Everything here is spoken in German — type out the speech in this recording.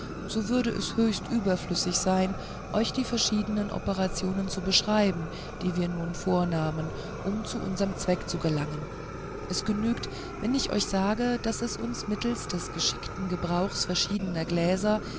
so würde es höchst überflüssig sein euch die verschiedenen operationen zu beschreiben die wir nun vornahmen um zu unserm zweck zu gelangen es genügt wenn ich euch sage daß es uns mittelst des geschickten gebrauchs verschiedener gläser